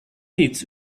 hitz